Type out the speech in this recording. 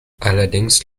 allerdings